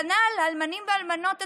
כנ"ל האלמנים והאלמנות הצעירים,